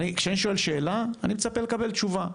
כשאני שואל שאלה, אני מצפה לקבל תשובה.